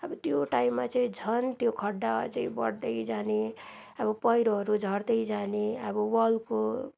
अब त्यो टाइममा चाहिँ झन् त्यो गड्डा अझ बढ्दै जाने अब पहिरोहरू झर्दै जाने अब वालको